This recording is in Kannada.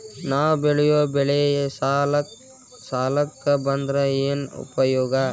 ನಾವ್ ಬೆಳೆಯೊ ಬೆಳಿ ಸಾಲಕ ಬಂದ್ರ ಏನ್ ಉಪಯೋಗ?